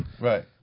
Right